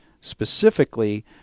specifically